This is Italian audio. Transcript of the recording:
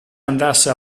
andasse